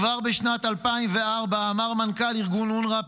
כבר בשנת 2004 אמר מנכ"ל ארגון אונר"א,